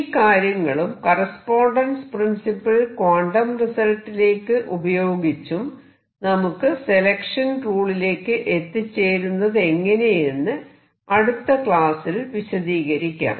ഈ കാര്യങ്ങളും correspondence principle quantum റിസൾട്ടിലേക്ക് ഉപയോഗിച്ചും നമുക്ക് സെലക്ഷൻ റൂളിലേക്ക് എത്തിച്ചേരുന്നതെങ്ങനെയെന്ന് അടുത്ത ക്ലാസിൽ വിശദീകരിക്കാം